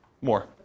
More